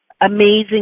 Amazing